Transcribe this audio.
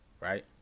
Right